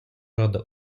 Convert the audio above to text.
рада